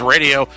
Radio